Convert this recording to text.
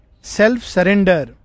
self-surrender